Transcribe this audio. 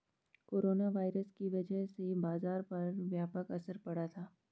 corona virus की वजह से बाजार पर व्यापक असर पड़ा था